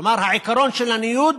כלומר, העיקרון של הניוד